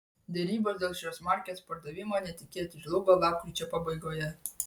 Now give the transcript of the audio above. derybos dėl šios markės pardavimo netikėtai žlugo lapkričio pabaigoje